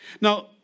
Now